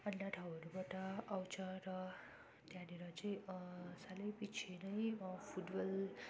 अन्य ठाउँहरूबाट आउँछ र त्यहाँनिर चाहिँ सालैपिछे नै फुटबल